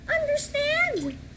Understand